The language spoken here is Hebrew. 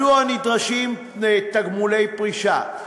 מדוע נדרשים תגמולי פרישה?